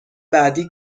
بعدی